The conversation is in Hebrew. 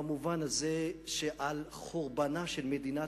במובן זה שעל חורבנה של מדינת